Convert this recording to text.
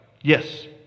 Yes